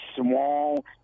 small